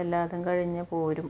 എല്ലാതും കഴിഞ്ഞ് പോരും